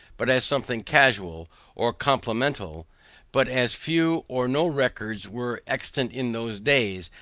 but as something casual or complimental but as few or no records were extant in those days,